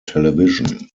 television